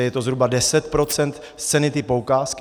Je to zhruba 10 % z ceny té poukázky.